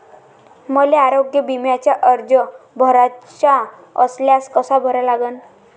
मले आरोग्य बिम्याचा अर्ज भराचा असल्यास कसा भरा लागन?